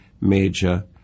major